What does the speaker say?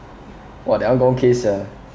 !wah! that one gone case sia